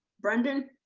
brendan.